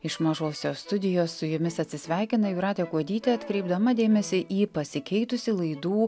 iš mažosios studijos su jumis atsisveikina jūratė kuodytė atkreipdama dėmesį į pasikeitusį laidų